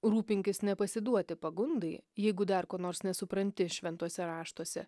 rūpinkis nepasiduoti pagundai jeigu dar ko nors nesupranti šventuose raštuose